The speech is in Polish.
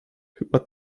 chyba